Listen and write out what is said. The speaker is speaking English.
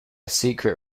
secret